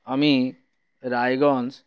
আমি রায়গঞ্জ